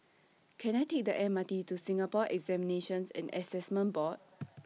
Can I Take The M R T to Singapore Examinations and Assessment Board